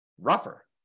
rougher